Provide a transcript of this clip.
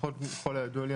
לפחות ככל הידוע לי,